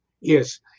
Yes